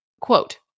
quote